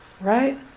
Right